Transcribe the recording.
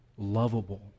lovable